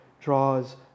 draws